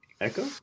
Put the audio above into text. Echo